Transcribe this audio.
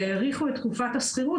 והאריכו את תקופת השכירות,